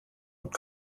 und